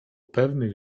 pewnych